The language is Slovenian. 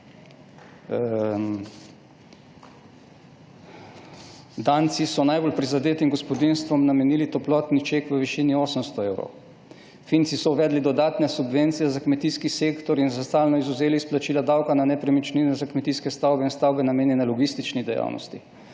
Danci so najbolj prizadetim gospodinjstvom namenili toplotni ček v višini 800 evrov, Finci so uvedli dodatne subvencije za kmetijski sektor in za stalno izvzeli plačilo davka na nepremičnine za kmetijske stavbe in stavbe, namenjene logistični dejavnosti.